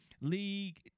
League